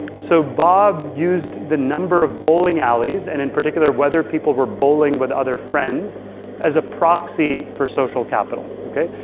so bob used the number of bowling alleys and in particular whether people were bowling with other friends as a proxy for social capital, okay?